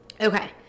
okay